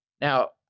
Now